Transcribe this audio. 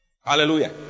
hallelujah